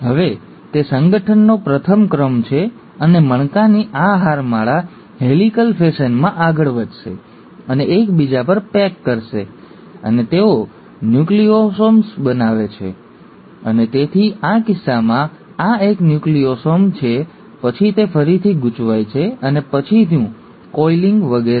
હવે તે સંગઠનનો પ્રથમ ક્રમ છે અને મણકાની આ હારમાળા હેલિકલ ફેશનમાં આગળ વધશે અને એકબીજા પર પેક કરશે અને તેઓ ન્યુક્લિઓસોમ્સ બનાવશે અને તેથી આ કિસ્સામાં આ એક ન્યુક્લિયોસોમ છે પછી તે ફરીથી ગૂંચવાય છે અને પછીનું કોઈલિંગ વગેરે